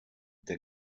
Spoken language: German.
der